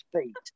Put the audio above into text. feet